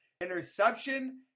Interception